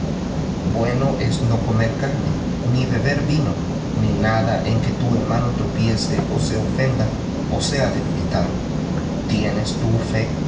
bueno es no comer carne ni beber vino ni en que tu hermano tropiece ó se ofenda ó sea debilitado tienes tú fe